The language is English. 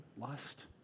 lust